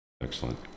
Excellent